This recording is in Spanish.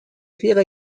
ciega